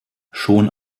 schon